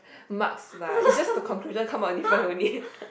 marks lah it's just the conclusion come out different only